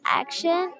action